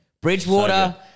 Bridgewater